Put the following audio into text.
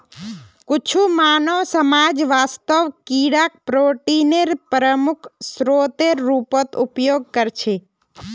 कुछु मानव समाज वास्तवत कीडाक प्रोटीनेर प्रमुख स्रोतेर रूपत उपयोग करछे